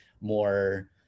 more